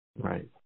Right